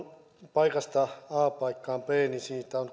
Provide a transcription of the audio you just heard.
paikasta a paikkaan b siitä on